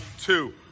two